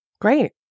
Great